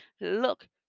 look